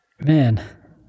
Man